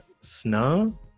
Snow